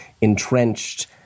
entrenched